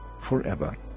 forever